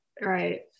right